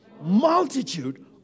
Multitude